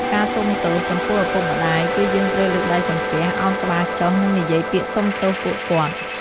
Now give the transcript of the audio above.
ការសូមទោសចំពោះឪពុកម្ដាយ គឺយើងត្រូវលើកដៃសំពះ ឱនក្បាលចុះ និងនិយាយពាក្យសុំទោសពួកគាត់។